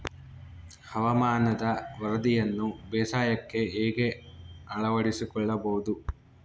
ಹವಾಮಾನದ ವರದಿಯನ್ನು ಬೇಸಾಯಕ್ಕೆ ಹೇಗೆ ಅಳವಡಿಸಿಕೊಳ್ಳಬಹುದು?